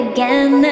Again